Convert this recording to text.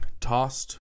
Tossed